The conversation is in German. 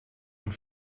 und